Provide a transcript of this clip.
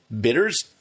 bitters